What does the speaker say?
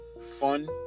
fun